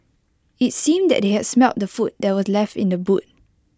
IT seemed that they had smelt the food that were left in the boot